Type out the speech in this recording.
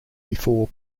before